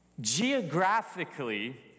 Geographically